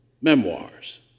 memoirs